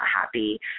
happy